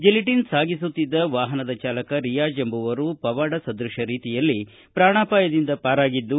gelatin ಸಾಗಿಸುತ್ತಿದ್ದ ವಾಹನದ ಚಾಲಕ ರಿಯಾಜ್ ಎಂಬುವರು ಪವಾಡ ಸದೃಶ ರೀತಿಯಲ್ಲಿ ಪ್ರಾಣಾಪಾಯದಿಂದ ಪಾರಾಗಿದ್ದು